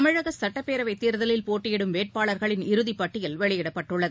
தமிழகசுட்டப்பேரவைத் தேர்தலில் போட்டியிடும் வேட்பாளர்களின் இறுதிப்பட்டியல் வெளியிடப்பட்டுள்ளது